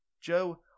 Joe